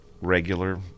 regular